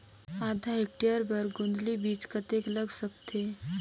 आधा हेक्टेयर बर गोंदली बीच कतेक लाग सकथे?